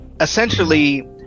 essentially